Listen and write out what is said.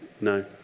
No